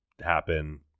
happen